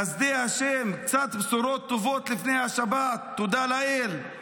חסדי השם, קצת בשורות טובות לפני השבת, תודה לאל,